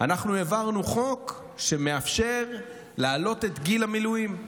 אנחנו העברנו חוק שמאפשר להעלות את גיל המילואים.